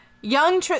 Young